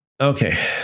Okay